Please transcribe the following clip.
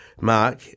Mark